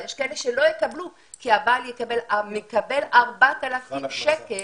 יש כאלה שלא יקבלו כי הבעל מקבל 4,000 שקלים